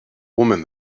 woman